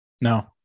No